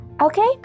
okay